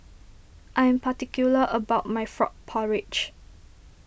I am particular about my Frog Porridge